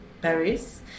berries